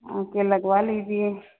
आके लगवा लीजिए